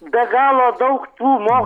be galo daug tų mo